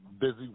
busy